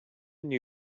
knew